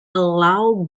allow